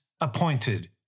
appointed